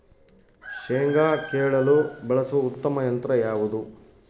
ಶೇಂಗಾ ಕೇಳಲು ಬಳಸುವ ಉತ್ತಮ ಯಂತ್ರ ಯಾವುದು?